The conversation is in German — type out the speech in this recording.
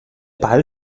ball